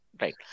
Right